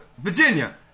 Virginia